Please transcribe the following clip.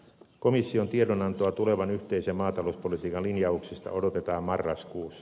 komission tiedonantoa tulevan yhteisen maatalouspolitiikan linjauksista odotetaan marraskuussa